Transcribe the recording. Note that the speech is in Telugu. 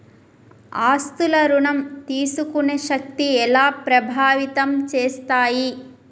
ఆస్తుల ఋణం తీసుకునే శక్తి ఎలా ప్రభావితం చేస్తాయి?